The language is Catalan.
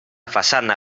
façana